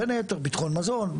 בין היתר ביטחון מזון,